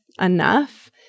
enough